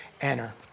Enter